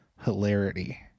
hilarity